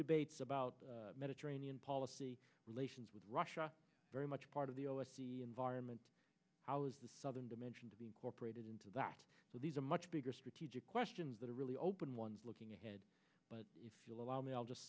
debates about mediterranean policy relations with russia very much part of the environment how is the southern dimension to be incorporated into that so these are much bigger strategic questions that are really open one looking ahead but if you'll allow me i'll just